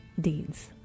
deeds